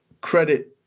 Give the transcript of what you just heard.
credit